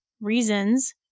reasons